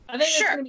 Sure